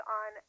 on